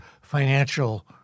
financial